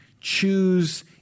Choose